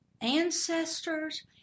ancestors